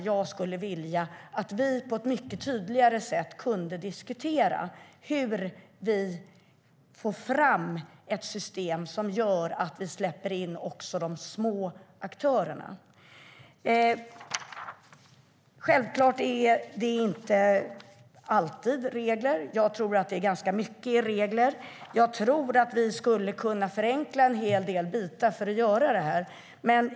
Jag skulle vilja att vi på ett mycket tydligare sätt kunde diskutera hur vi får fram ett system som släpper in också de små aktörerna. Självklart handlar det inte alltid om regler. Jag tror dock att ganska mycket handlar om regler och att vi skulle kunna förenkla en hel del.